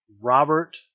Robert